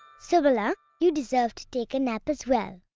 subala, you deserve to take a nap as well.